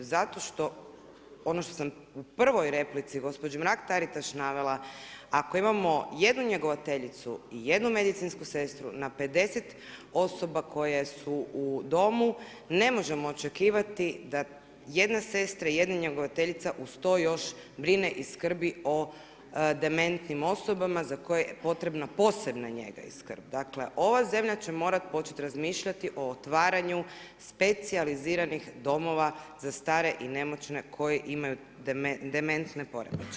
Zato što ono što sam u prvoj replici gospođi Mrak Taritaš navela ako imamo jednu njegovateljicu i jednu medicinsku sestru na 50 osoba koje su u domu ne možemo očekivati da jedna sestra i jedna njegovateljica uz to još brine i skrbi o dementnim osobama za koje je potrebna posebna njega i skrb, dakle ova zemlja će morati početi razmišljati o otvaranju specijaliziranih domova za stare i nemoćne koji imaju dementne poremećaje.